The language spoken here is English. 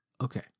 Okay